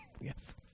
Yes